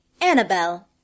Annabelle